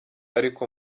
ariko